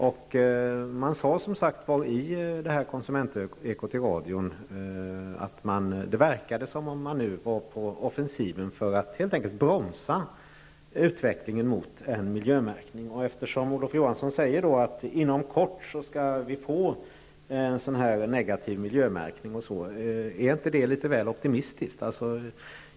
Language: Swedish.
I den upplaga av Konsumentekot i radion som jag nämnde sade man som sagt att det verkade som om dessa storproducenter nu var på offensiven i syfte att helt enkelt bromsa utvecklingen mot en miljömärkning. Olof Johansson säger att vi inom kort skall få en negativ miljömärkning, men är inte det litet väl optimistiskt?